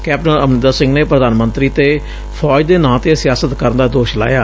captain Amarinder Singh ਨੇ ਪ੍ਰਧਾਨ ਮੰਤਰੀ ਤੇ ਫੌਜ ਦੇ ਨਾਂ ਤੇ ਸਿਆਸਤ ਕਰਨ ਦਾ ਦੋਸ਼ ਲਾਇਆ